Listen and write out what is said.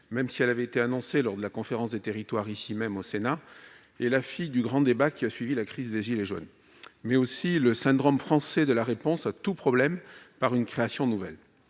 même si elle avait été annoncée lors de la conférence des territoires ici même au Sénat, est la fille du grand débat qui a suivi la crise des gilets jaunes. Elle est aussi le syndrome français de la réponse à tout problème par une création nouvelle.